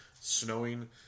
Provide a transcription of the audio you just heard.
snowing